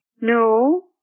no